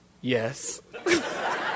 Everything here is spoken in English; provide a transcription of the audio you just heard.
Yes